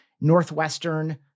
Northwestern